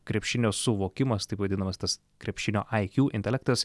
krepšinio suvokimas taip vadinamas tas krepšinio iq intelektas